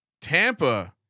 Tampa